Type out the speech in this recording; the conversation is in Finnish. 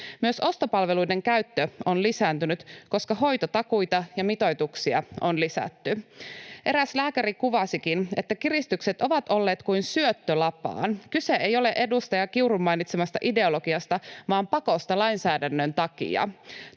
Myös ostopalveluiden käyttö on lisääntynyt, koska hoitotakuita ja -mitoituksia on lisätty. Eräs lääkäri kuvasikin, että kiristykset ovat olleet kuin syöttö lapaan. Kyse ei ole edustaja Kiurun mainitsemasta ideologiasta, vaan pakosta lainsäädännön takia.